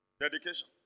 Dedication